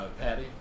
Patty